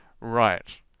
Right